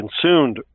consumed